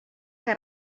que